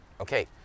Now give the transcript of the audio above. Okay